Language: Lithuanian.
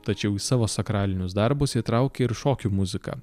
tačiau į savo sakralinius darbus įtraukė ir šokių muziką